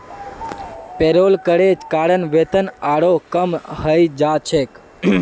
payroll करे कारण वेतन आरोह कम हइ जा छेक